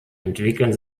entwickeln